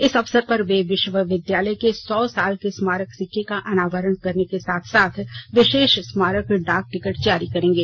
इस अवसर पर वे विश्वविद्यालय के सौ साल के स्मारक सिक्के का अनावरण करने के साथ साथ विशेष स्मारक डाक टिकट जारी करेंगे